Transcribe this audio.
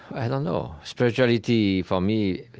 i don't know. spirituality, for me,